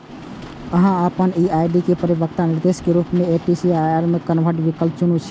अहां अपन ई आर.डी के परिपक्वता निर्देश के रूप मे एस.टी.डी.आर मे कन्वर्ट विकल्प चुनि सकै छी